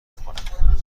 کنم